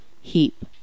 heap